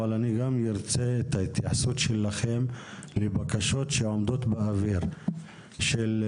אבל אני גם ארצה את ההתייחסות שלכם לבקשות של יישובים